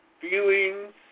feelings